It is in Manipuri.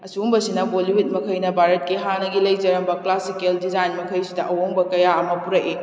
ꯑꯁꯤꯒꯨꯝꯕꯁꯤꯅ ꯕꯣꯂꯤꯋꯨꯗ ꯃꯈꯩꯅ ꯚꯥꯔꯠꯀꯤ ꯍꯥꯟꯅꯒꯤ ꯂꯩꯖꯔꯝꯕ ꯀ꯭ꯂꯥꯁꯤꯀꯦꯜ ꯗꯤꯖꯥꯏꯟ ꯃꯈꯩꯁꯤꯗ ꯑꯍꯣꯡꯕ ꯀꯌꯥ ꯑꯃ ꯄꯨꯔꯛꯏ